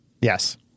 Yes